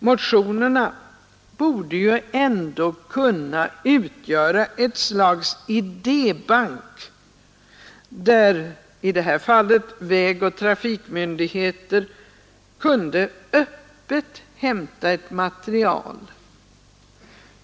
Motionerna borde ju ändå kunna utgöra ett slags idébank där — i det här fallet — vägoch trafikmyndigheter kunde öppet hämta ett material.